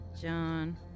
John